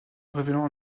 révélant